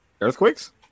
earthquakes